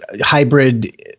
hybrid